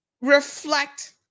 reflect